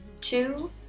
two